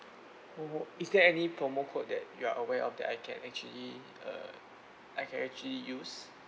oh is there any promo code that you are aware of that I can actually uh I can actually use